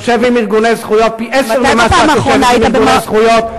יושב עם ארגוני זכויות פי-עשרה ממה שאת יושבת עם ארגוני זכויות,